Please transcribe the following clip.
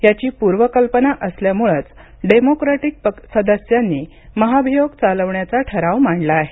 याची पूर्वकल्पना आल्यामुळंच डेमोक्रिटक सदस्यांनी महाभियोग चालवण्याचा ठराव मांडला आहे